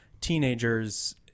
teenagers